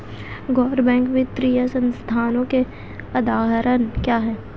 गैर बैंक वित्तीय संस्थानों के उदाहरण क्या हैं?